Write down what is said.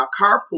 carpool